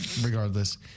regardless